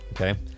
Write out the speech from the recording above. okay